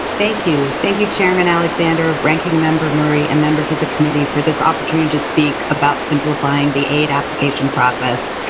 thank you. thank you chairman alexander, ranking member murray and members of the committee for this opportunity to speak about simplifying the aid application process.